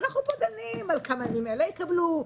ואנחנו פה דנים על כמה ימים אלה יקבלו,